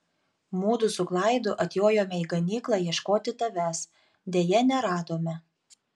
mudu su klaidu atjojome į ganyklą ieškoti tavęs deja neradome